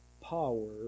power